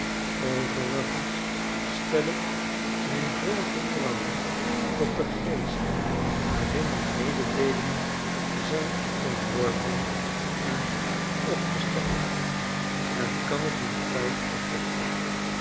overigensstel ik mijn voile vertrouwen op den geestwaarin mijn mededeelingen zijn ontworpen en opgesteld en kan ik mijn tijd afwachten